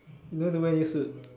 you don't need to wear any suit